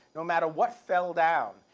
no matter what fell down,